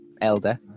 elder